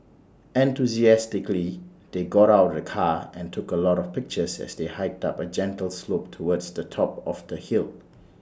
enthusiastically they got out of the car and took A lot of pictures as they hiked up A gentle slope towards the top of the hill